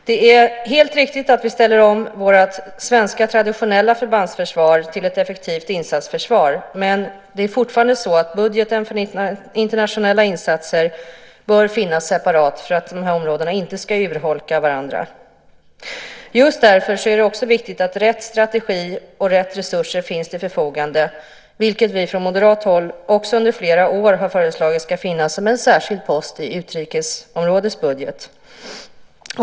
Det är helt riktigt att vi ställer om vårt svenska traditionella förbandsförsvar till ett effektivt insatsförsvar, men budgeten för internationella insatser bör fortfarande finnas separat för att de här områdena inte ska urholka varandra. Just därför är det också viktigt att rätt strategi och rätt resurser finns till förfogande. Från moderat håll har vi också under flera år föreslagit att detta ska finns som en särskild post i utrikesområdets budget.